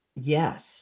Yes